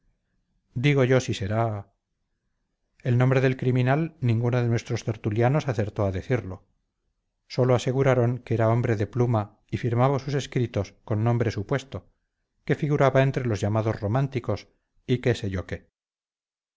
digo yo si será el nombre del criminal ninguno de nuestros tertulianos acertó a decirlo sólo aseguraron que era hombre de pluma y firmaba sus escritos con nombre supuesto que figuraba entre los llamados románticos y qué sé yo qué